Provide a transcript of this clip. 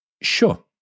Sure